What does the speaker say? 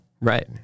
Right